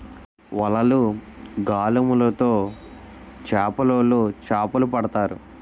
వలలు, గాలములు తో చేపలోలు చేపలు పడతారు